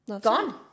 Gone